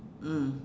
mm